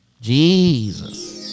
Jesus